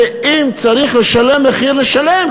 ואם צריך לשלם מחיר, לשלם?